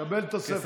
תקבל תוספת.